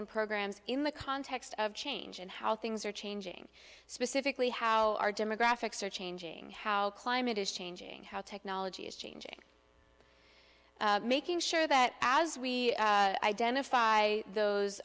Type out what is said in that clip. and programs in the context of change and how things are changing specifically how our demographics are changing how climate is changing how technology is changing making sure that as we identify those